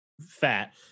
fat